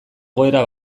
egoera